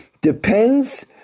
depends